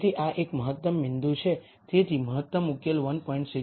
તેથી આ એક મહત્તમ બિંદુ છે તેથી મહત્તમ ઉકેલ 1